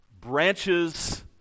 Branches